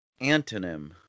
Antonym